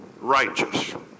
righteous